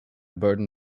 burden